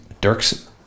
Dirk's